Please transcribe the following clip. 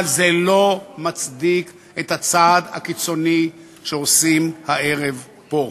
אבל זה לא מצדיק את הצעד הקיצוני שעושים הערב פה.